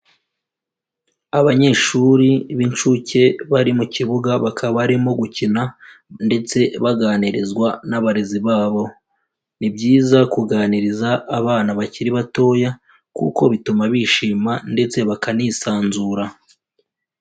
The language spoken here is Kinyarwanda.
Abanyeshuri b'incuke bari mu kibuga bakaba barimo gukina ndetse baganirizwa n'abarezi babo, ni byiza kuganiriza abana bakiri batoya kuko bituma bishima ndetse bakanisanzura.